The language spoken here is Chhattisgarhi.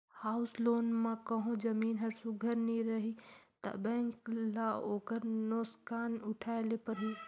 हाउस लोन म कहों जमीन हर सुग्घर नी रही ता बेंक ल ओकर नोसकान उठाए ले परही